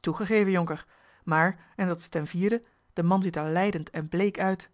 toegegeven jonker maar en dat is ten vierde de man ziet er lijdend en bleek uit